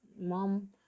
mom